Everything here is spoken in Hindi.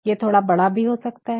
ये थोड़ा बड़ा भी हो सकता है